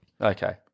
Okay